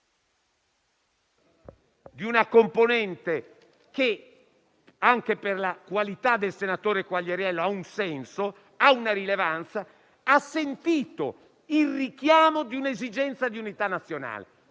di una componente che - anche per la qualità del senatore Quagliariello - ha un senso e una rilevanza, il richiamo dell'esigenza di unità nazionale.